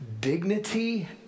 dignity